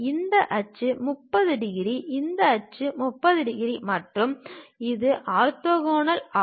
இந்த அச்சு 30 டிகிரி இந்த அச்சு 30 டிகிரி மற்றும் இது ஆர்த்தோகனல் ஆகும்